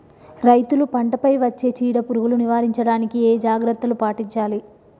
రైతులు పంట పై వచ్చే చీడ పురుగులు నివారించడానికి ఏ జాగ్రత్తలు పాటించాలి?